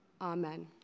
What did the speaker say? amen